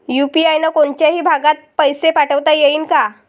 UPI न कोनच्याही भागात पैसे पाठवता येईन का?